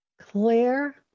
Claire